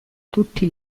tutti